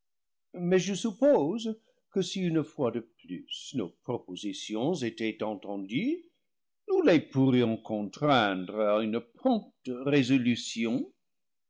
mais je suppose que si une fois de plus nos propositions étaient enten dues nous les pourrions contraindre à une prompte